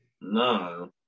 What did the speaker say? No